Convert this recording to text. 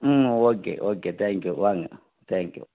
ம் okay okay thank you வாங்க thank you